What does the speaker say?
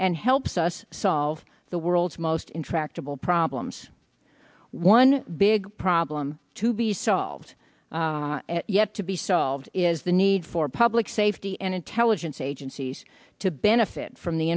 and helps us solve the world's most intractable problems one big problem to be solved yet to be solved is the need for public safety and intelligence agencies to benefit from the